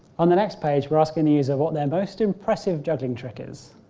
on the next page we are asking the user what their most impressive juggling trick is.